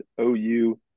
OU